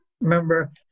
remember